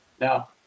Now